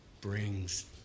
brings